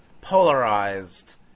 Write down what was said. polarized